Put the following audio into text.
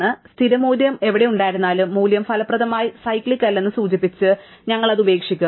അതിനാൽ സ്ഥിര മൂല്യം എവിടെയായിരുന്നാലും മൂല്യം ഫലപ്രദമായി സൈക്ലിക് അല്ലെന്ന് സൂചിപ്പിച്ച് ഞങ്ങൾ അത് ഉപേക്ഷിക്കും